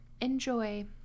enjoy